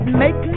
make